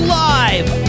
live